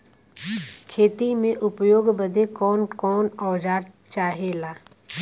खेती में उपयोग बदे कौन कौन औजार चाहेला?